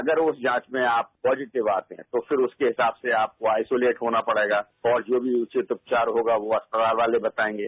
अगर उस जांच में आप पॉजीटिव आते हैं तो फिर उसके हिसाब से आपको आइसोलेट होना पड़ेगा और जो भी उचित उपचार होगा वो अस्पताल वाले बताएंगे